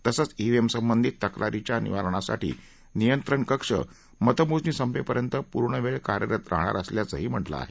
तसंच ईव्हीएमसंबंधित तक्रारींच्या निवारणसाठी नियंत्रण कक्ष मतमोजणी संपेपर्यंत पूर्णवेळ कार्यरत राहणार असल्याचंही म्हटलं आहे